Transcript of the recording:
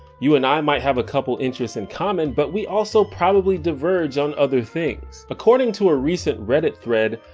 you and i might have a couple of interests in common, but we also probably diverge on other things. according to a recent reddit thread,